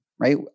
Right